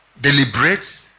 deliberate